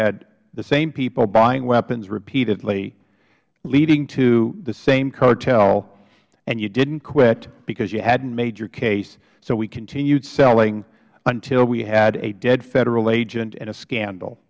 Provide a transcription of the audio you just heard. had the same people buying weapons repeatedly leading to the same cartel and you didn't quit because you hadn't made your case so we continued selling until we had a dead federal agent and a scandal